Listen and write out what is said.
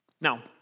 Now